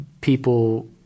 people